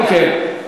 אוקיי,